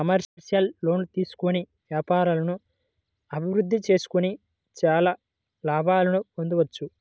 commercial లోన్లు తీసుకొని వ్యాపారాలను అభిరుద్ధి చేసుకొని చానా లాభాలను పొందొచ్చు